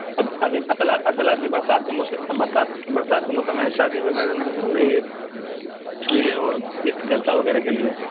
ابھی اصل اصل ابھی برسات کا برسات برسات کا موسم ہے شادی وغیرہ نہیں ہو رہی ہے اس لیے وہ اس جلسہ وغیرہ کے لیے ہے